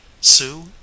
SUE